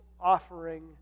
offering